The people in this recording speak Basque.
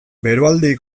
beroaldi